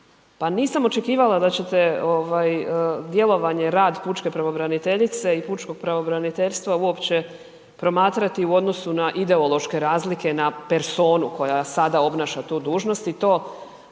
Pa nisam očekivala da ćete ovaj djelovanje, rad pučke pravobraniteljice i pučkog pravobraniteljstva uopće promatrati u odnosu na ideološke razlike na personu koja sada obnaša tu dužnost i to